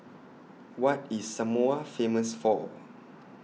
What IS Samoa Famous For